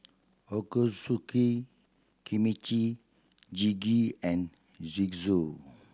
Ochazuke Kimchi Jjigae and Gyoza